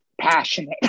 passionate